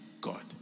God